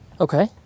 Okay